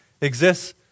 exists